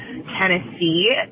Tennessee